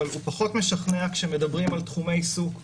אבל זה פחות משכנע כשמדברים על תחומי עיסוק שונים,